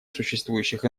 существующих